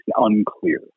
unclear